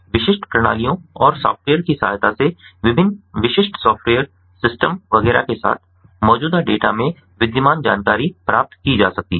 विशिष्ट प्रणालियों और सॉफ्टवेयर की सहायता से विभिन्न विशिष्ट सॉफ्टवेयर सिस्टम वगैरह के साथ मौजूदा डेटा में विद्यमान जानकारी प्राप्त की जा सकती है